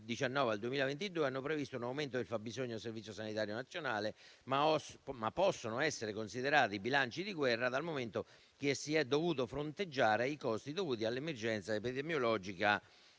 dal 2019 al 2022, hanno previsto un aumento del fabbisogno del Servizio sanitario nazionale, ma possono essere considerati "bilanci di guerra" dal momento che si sono dovuti fronteggiare i costi dovuti dall'emergenza epidemiologica